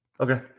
Okay